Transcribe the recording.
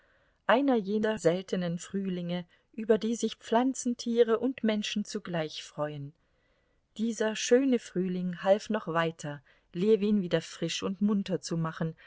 einer jener seltenen frühlinge über die sich pflanzen tiere und menschen zugleich freuen dieser schöne frühling half noch weiter ljewin wieder frisch und munter zu machen